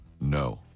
No